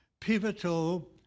pivotal